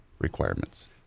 requirements